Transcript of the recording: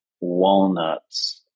walnuts